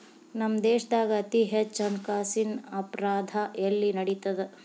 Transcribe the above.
ನಮ್ಮ ದೇಶ್ದಾಗ ಅತೇ ಹೆಚ್ಚ ಹಣ್ಕಾಸಿನ್ ಅಪರಾಧಾ ಎಲ್ಲಿ ನಡಿತದ?